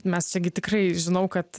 mes čiagi tikrai žinau kad